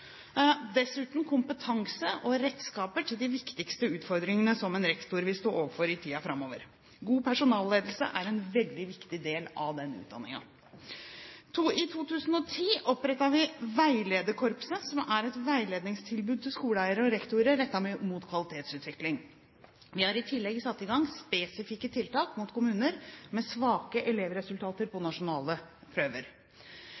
dessuten kompetanse og redskaper til å møte de viktigste utfordringene som en rektor vil stå overfor i tiden framover. God personalledelse er en veldig viktig del av den utdanningen. I 2010 opprettet vi veilederkorpset, som er et veiledningstilbud til skoleeiere og rektorer rettet mot kvalitetsutvikling. Vi har i tilegg satt i gang spesifikke tiltak mot kommuner med svake elevresultater på